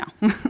No